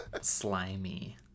slimy